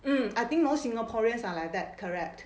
mm I think most singaporeans are like that correct